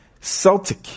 Celtic